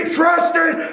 trusted